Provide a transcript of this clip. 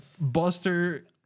Buster